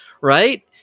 right